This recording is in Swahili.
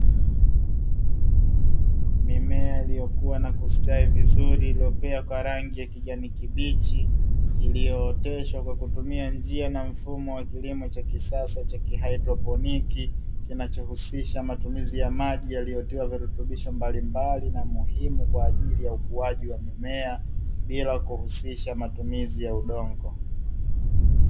Mimea iliyokua na kustawi vizuri iliyopea kwa rangi ya kijani kibichi, iliyooteshwa kwa kutumia njia na mfumo wa kilimo cha kisasa cha haidroponi, kinachohusisha matumizi ya maji yaliyotiwa virutubisho mbalimbali muhimu kwa ajili ya ukuaji wa mimea, bila kuhusisha matumizi ya udongo.